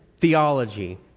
theology